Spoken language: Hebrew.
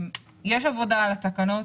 עבודה על התקנות.